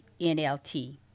NLT